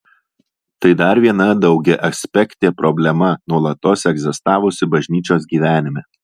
tai dar viena daugiaaspektė problema nuolatos egzistavusi bažnyčios gyvenime